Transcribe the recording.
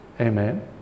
Amen